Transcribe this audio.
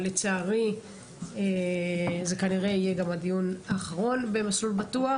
אבל לצערי זה כנראה יהיה גם הדיון האחרון ב"מסלול בטוח"